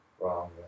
wrong